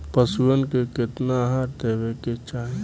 पशुअन के केतना आहार देवे के चाही?